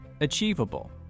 achievable